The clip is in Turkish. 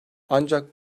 ancak